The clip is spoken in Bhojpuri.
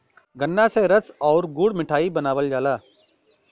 गन्रा से रस आउर गुड़ मिठाई बनावल जाला